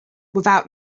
without